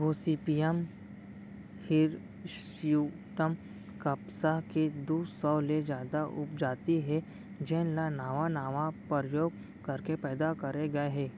Gossypium hirsutum कपसा के दू सौ ले जादा उपजाति हे जेन ल नावा नावा परयोग करके पैदा करे गए हे